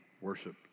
worship